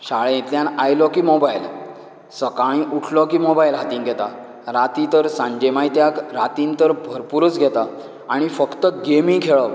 शाळेंतल्यान आयलो की मोबायल सकाळीं उठलो की मोबायल हातींत घेतात रातीं तर सांजे मायत्याक रातीन तर भरपूरूच घेतात आनी फक्त गेमी खेळप